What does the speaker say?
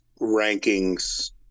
rankings